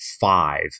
five